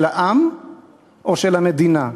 של העם או של המדינה?